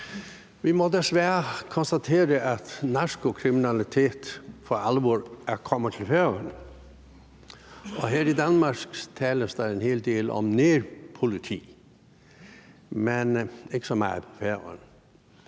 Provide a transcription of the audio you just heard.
Vi må desværre konstatere, at narkokriminalitet for alvor er kommet til Færøerne. Og her i Danmark tales der en hel del om nærpoliti, men ikke så meget på Færøerne.